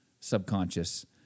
subconscious